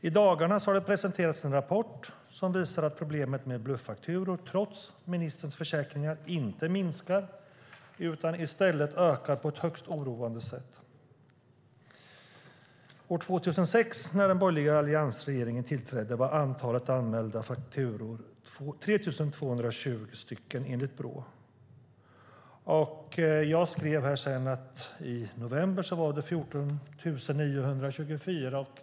I dagarna har det presenterats en rapport som visar att problemen med bluffakturor trots ministerns försäkringar inte minskar utan i stället ökar på ett högst oroande sätt. År 2006, när den borgerliga alliansregeringen tillträdde, var antalet anmälda fakturor 3 220, enligt Brå. Jag skrev sedan att det i november var 14 924.